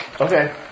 Okay